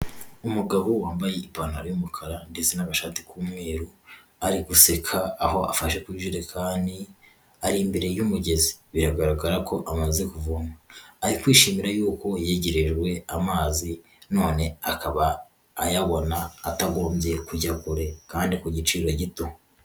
Umugabo wambaye ipantaro y'umukara ndetse n'agashati k'umweru ari guseka aho afashe ku ijerekani, ari imbere y'umugezi, biragaragara ko amaze kuvoma, ari kwishimira yuko yegerejwe amazi none akaba ayabona atagombye kujya kure kandi ku giciro gito.